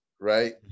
right